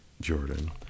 Jordan